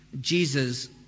Jesus